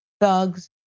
Thugs